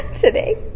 today